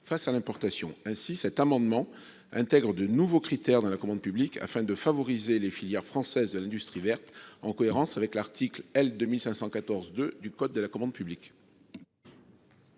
à l'importation. C'est pourquoi cet amendement tend à intégrer de nouveaux critères dans la commande publique afin de favoriser les filières françaises de l'industrie verte en cohérence avec l'article L. 2514-2 du code de la commande publique.